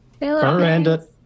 Miranda